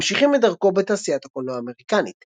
ממשיכים את דרכו בתעשיית הקולנוע האמריקנית.